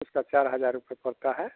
इसका चार हज़ार रुपये पड़ता है